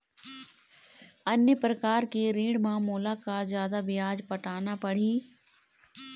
अन्य प्रकार के ऋण म मोला का जादा ब्याज पटाना पड़ही?